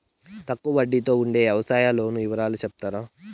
తక్కువ వడ్డీ తో ఉండే వ్యవసాయం లోను వివరాలు సెప్తారా?